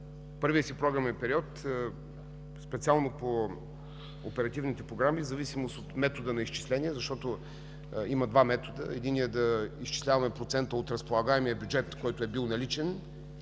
първия си програмен период, специално по оперативните програми, в зависимост от метода на изчисление. Има два метода – единият е да изчисляваме процента от разполагаемия бюджет, който е бил наличен,